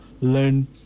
learn